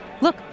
Look